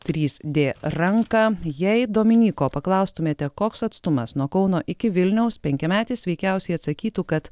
trys d ranką jei dominyko paklaustumėte koks atstumas nuo kauno iki vilniaus penkiametis veikiausiai atsakytų kad